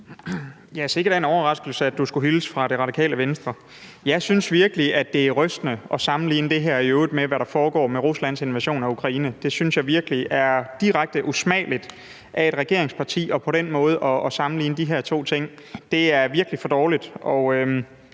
(DF): Sikke da en overraskelse, at du skulle hilse fra Radikale Venstre. Jeg synes virkelig, det er rystende at sammenligne det her med, hvad der foregår med Ruslands invasion af Ukraine. Jeg synes virkelig, det er direkte usmageligt af et regeringsparti på den måde at sammenligne de her to ting. Det er virkelig for dårligt